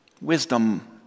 wisdom